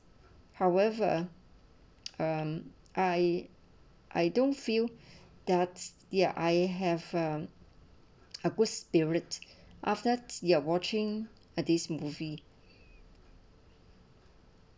however um I I don't feel that's there I have from a good spirit after you're watching this movie